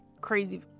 crazy